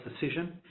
decision